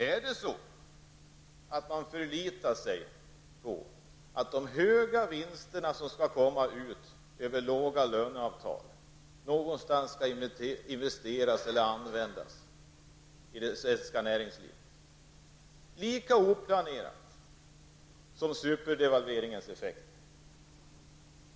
Är det så att man förlitar sig på effekterna av att de höga vinster som kan åstadkommas genom låga löneavtal investeras eller används i svenskt näringsliv -- lika oplanerade effekter som superdevalveringens effekter?